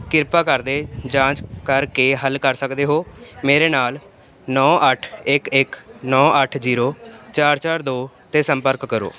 ਕਿਰਪਾ ਕਰਦੇ ਜਾਂਚ ਕਰ ਕੇ ਹੱਲ ਕਰ ਸਕਦੇ ਹੋ ਮੇਰੇ ਨਾਲ ਨੌਂ ਅੱਠ ਇੱਕ ਇੱਕ ਨੌਂ ਅੱਠ ਜੀਰੋ ਚਾਰ ਚਾਰ ਦੋ 'ਤੇ ਸੰਪਰਕ ਕਰੋ